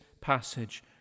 passage